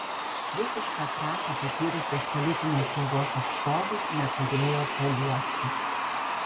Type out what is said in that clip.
visišką krachą patyrusios politinės jėgos atstovai neturėjo kuo guostis